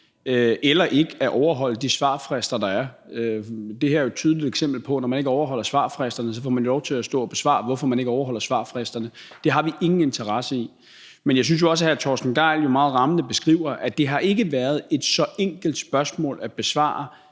eller ikke at overholde de svarfrister, der er. Men det her er jo et tydeligt eksempel på, at man, når man ikke overholder svarfristerne, så får lov til at stå og besvare, hvorfor man ikke overholder svarfristerne, og det har vi ingen interesse i. Men jeg synes jo også, hr. Torsten Gejl meget rammende beskriver, at det ikke har været et så enkelt spørgsmål at besvare,